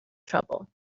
trouble